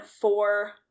four